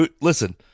Listen